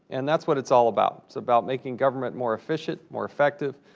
and that's what it's all about. it's about making government more efficient, more effective,